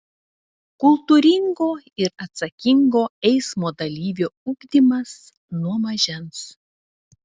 kultūringo ir atsakingo eismo dalyvio ugdymas nuo mažens